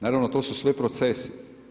Naravno, to su sve procesi.